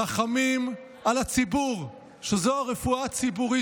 רחמים על הציבור שזאת הרפואה הציבורית